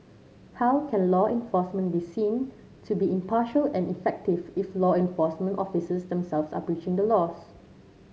how can law enforcement be seen to be impartial and effective if law enforcement officers themselves are breaching the laws